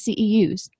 CEUs